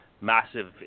massive